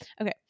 Okay